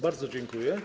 Bardzo dziękuję.